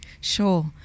Sure